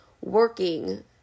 working